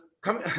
come